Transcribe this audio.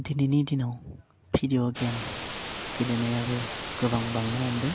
दिनैनि दिनाव video game गेलेनायाबो गोबां बांनो हमदों